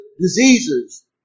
diseases